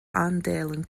aandelen